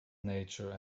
nature